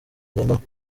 ngendanwa